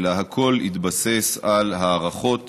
אלא הכול התבסס על הערכות